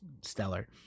stellar